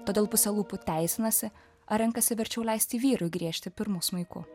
todėl puse lūpų teisinasi ar renkasi verčiau leisti vyrui griežti pirmu smuiku